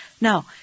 Now